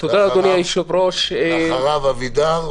ואחריו אבידר,